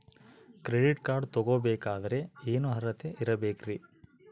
Credit card ತೊಗೋ ಬೇಕಾದರೆ ಏನು ಅರ್ಹತೆ ಇರಬೇಕ್ರಿ?